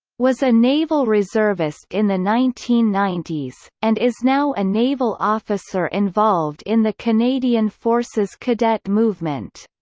was a naval reservist in the nineteen ninety s, and is now a naval officer involved in the canadian forces cadet movement.